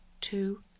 Two